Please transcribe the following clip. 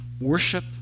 worship